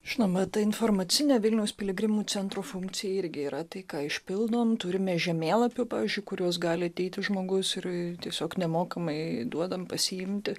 žinoma ta informacinė vilniaus piligrimų centro funkcija irgi yra tai ką išpildom turime žemėlapių pavyzdžiui kuriuos gali ateiti žmogus ir tiesiog nemokamai duodam pasiimti